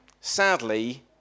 sadly